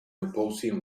opposing